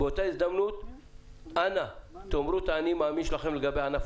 באותה הזדמנות אנא אמרו את ה"אני מאמין" שלכם לגבי ענף